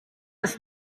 ist